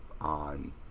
on